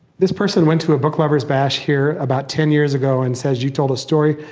this person went to a book lovers bash here about ten years ago and says, you told a story,